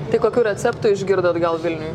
tai kokių receptų išgirdot gal vilniui